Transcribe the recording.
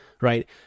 right